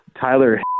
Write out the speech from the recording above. Tyler